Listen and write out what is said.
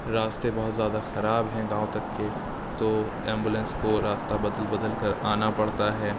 راستے بہت زیادہ خراب ہیں گاؤں تک کے تو ایمبولینس کو راستہ بدل بدل کر آنا پڑتا ہے